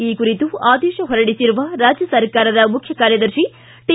ಈ ಕುರಿತು ಆದೇಶ ಹೊರಡಿಸಿರುವ ರಾಜ್ಯ ಸರ್ಕಾರದ ಮುಖ್ಯ ಕಾರ್ಯದರ್ಶಿ ಟಿ